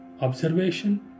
observation